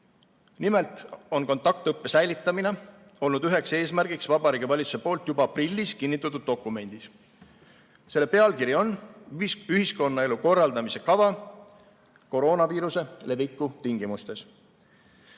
Nimelt on kontaktõppe säilitamine olnud üheks eesmärgiks Vabariigi Valitsuse poolt juba aprillis kinnitatud dokumendis. Selle pealkiri on "Ühiskonnaelu korraldamise kava koroonaviiruse leviku tingimustes".